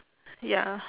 ya